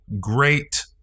great